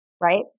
Right